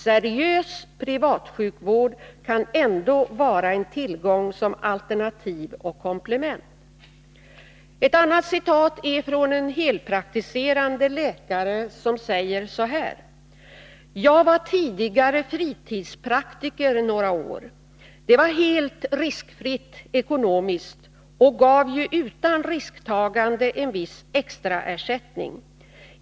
Seriös privatsjukvård kan ändå vara en tillgång som alternativ och komplement.” Ett annat brev är från en heltidspraktiserande läkare, som säger så här: ”Jag var tidigare fritidspraktiker några år. Det var helt riskfritt ekonomiskt och gav ju utan risktagande en viss extra ersättning.